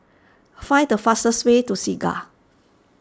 find the fastest way to Segar